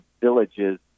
villages